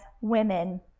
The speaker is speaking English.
women